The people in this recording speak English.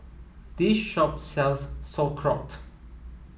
this shop sells Sauerkraut